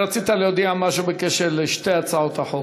רצית להודיע משהו בקשר לשתי הצעות החוק.